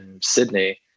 Sydney